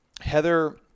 Heather